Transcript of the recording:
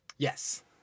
Yes